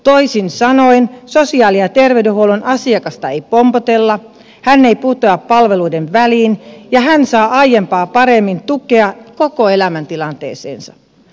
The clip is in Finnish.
toisin sanoen sosiaali ja terveydenhuollon asiakasta ei pompotella hän ei putoa palveluiden väliin ja hän saa aiempaa paremmin tukea koko elämäntilanteeseensa